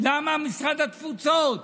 למה משרד התפוצות?